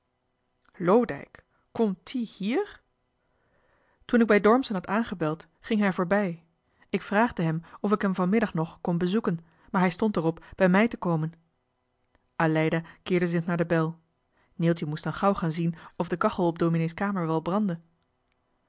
loodijck komt die hier toen ik bij dormser had aangebeld ging hij voorbij ik vraagde hem of ik hem vanmiddag nog kon bezoeken maar hij stond er op bij mij te komen aleida keerde zich naar de bel neeltje moest dan gauw gaan zien of de kachel op dominee's kamer wel brandde